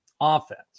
offense